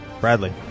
Bradley